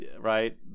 right